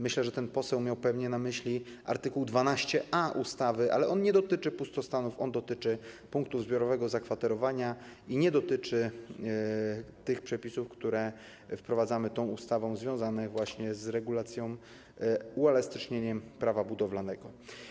Myślę, że ten poseł miał pewnie na myśli art. 12a ustawy, ale on nie dotyczy pustostanów, on dotyczy punktów zbiorowego zakwaterowania i nie dotyczy tych przepisów, które wprowadzamy tą ustawą, związanych właśnie z regulacją, uelastycznieniem Prawa budowlanego.